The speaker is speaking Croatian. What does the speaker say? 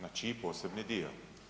Na čiji posebni dio?